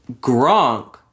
Gronk